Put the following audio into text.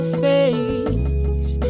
face